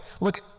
Look